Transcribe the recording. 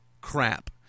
crap